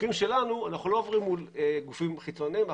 בחוקים שלנו אנחנו לא עובדים מול גופים חיצוניים,